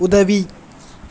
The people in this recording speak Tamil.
உதவி